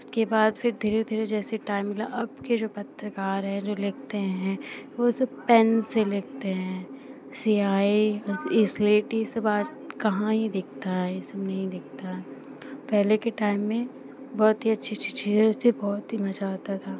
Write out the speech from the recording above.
उसके बाद फिर धीरे धीरे जैसे टाइम मिला अब के जो पत्रकार हैं जो लिखते हैं वे सब पेन से लिखते हैं स्याही इस्लेट ये सब आज कहाँ ही दिखता है यह सब नहीं दिखता है पहले के टाइम में बहुत ही अच्छी अच्छी चीज़ें होती है बहुत ही मज़ा आता था